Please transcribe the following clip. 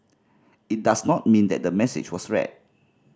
it does not mean that the message was read